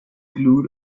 glued